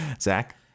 zach